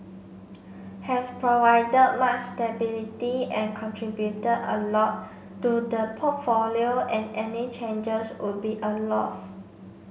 has provided much stability and contributed a lot to the portfolio and any changes would be a loss